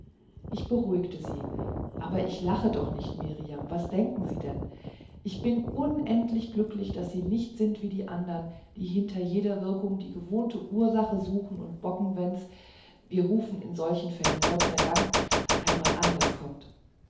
ich beruhigte sie aber ich lache doch nicht mirjam was denken sie denn ich bin unendlich glücklich daß sie nicht sind wie die andern die hinter jeder wirkung die gewohnte ursache suchen und bocken wenn's wir rufen in solchen fallen gott sei dank einmal anders kommt